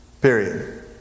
Period